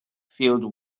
filled